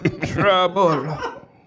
trouble